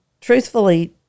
truthfully